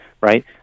right